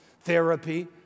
therapy